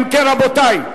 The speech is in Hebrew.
אם כן, רבותי,